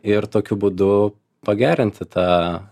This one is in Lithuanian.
ir tokiu būdu pagerinti tą